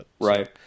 Right